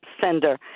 sender